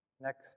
Next